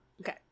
Okay